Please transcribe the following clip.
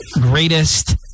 greatest